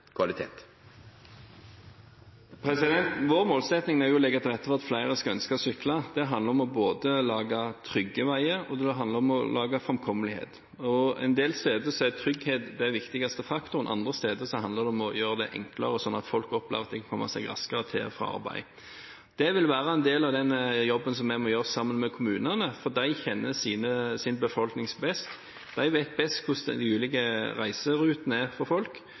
kvalitet. Vår målsetting er å legge til rette for at flere skal ønske å sykle. Det handler både om å lage trygge veier og om å lage framkommelighet. En del steder er trygghet den viktigste faktoren. Andre steder handler det om å gjøre det enklere, sånn at folk opplever at de kan komme seg raskere til og fra arbeid. Det vil være en del av den jobben som vi må gjøre sammen med kommunene, for de kjenner sin befolkning best. De vet best hvordan de ulike reiserutene er for folk